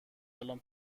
الان